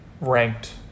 ranked